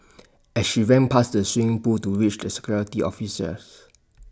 as she ran past the swimming pool to reach the security officers